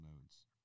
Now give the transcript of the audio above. nodes